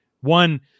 one